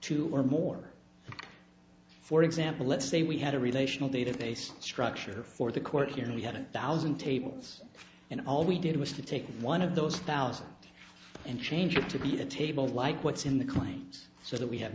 two or more for example let's say we had a relational database structure for the court here and we had a thousand tables and all we did was to take one of those thousand and change it to be a table like what's in the claims so that we have